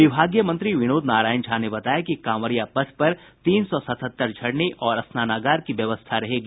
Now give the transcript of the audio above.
विभागीय मंत्री विनोद नारायण झा ने बताया कि कांवरिया पथ पर तीन सौ सतहत्तर झरने और स्नानागार की व्यवस्था रहेगी